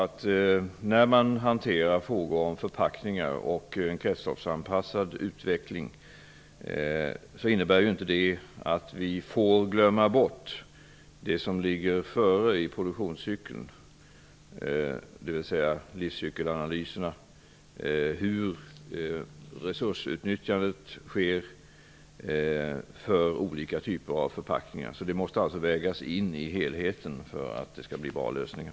Att vi hanterar frågor om förpackningar och en kretsloppsanpassad utveckling får inte innebära att vi glömmer bort det som ligger före i produktionscykeln, dvs. livscykelanalyserna, hur resursutnyttjandet sker för olika typer av förpackningar Detta måste alltså läggas in i helheten för att det skall bli bra lösningar.